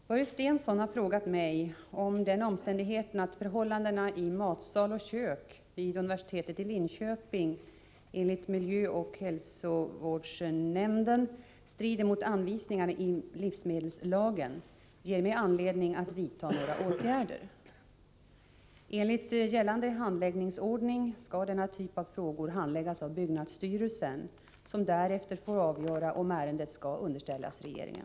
Herr talman! Börje Stensson har frågat mig om den omständigheten, att förhållandena i matsal och kök vid universitetet i Linköping enligt miljöoch hälsoskyddsnämnden strider mot anvisningar i livsmedelslagen, ger mig anledning att vidta några åtgärder. Enligt gällande handläggningsordning skall denna typ av frågor handläggas av byggnadsstyrelsen, som därefter får avgöra om ärendet skall underställas regeringen.